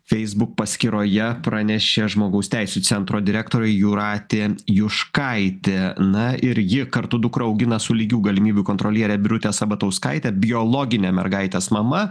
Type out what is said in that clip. feisbuk paskyroje pranešė žmogaus teisių centro direktorė jūratė juškaitė na ir ji kartu dukrą augina su lygių galimybių kontroliere birute sabatauskaite biologine mergaitės mama